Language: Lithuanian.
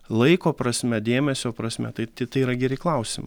laiko prasme dėmesio prasme tai tai yra geri klausimai